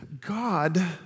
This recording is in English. God